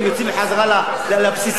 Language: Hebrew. יוצאים בחזרה לבסיסים,